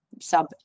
sub